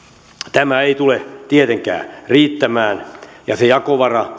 tämä ei tule tietenkään riittämään sille jakovaralle